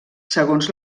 segons